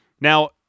Now